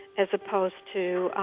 as opposed to